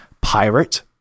pirate